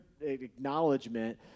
acknowledgement